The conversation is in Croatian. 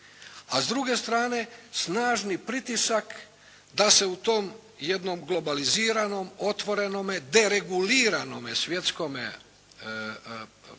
a s druge strane snažni pritisak da se u tom jednom globaliziranom, otvorenome, dereguliranome svjetskome